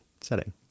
setting